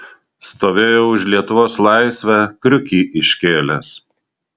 stovėjau už lietuvos laisvę kriukį iškėlęs